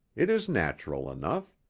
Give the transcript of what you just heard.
it is natural enough.